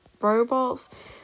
robots